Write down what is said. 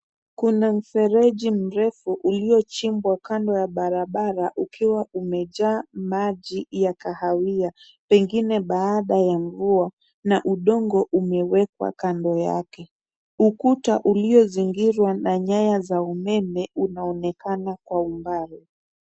Kuna mfereji mrefu uliochimbwa kando ya barabara ukiwa umejaa maji ya kahawia, pengine baada ya mvua na udongo umewekwa kando yake. Ukuta uliozingirwa na nyaya za umeme unaonekana kwa umbali.